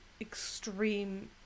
extreme